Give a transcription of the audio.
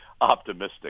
optimistic